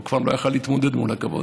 הוא כבר לא יכול להתמודד מול הכבוד.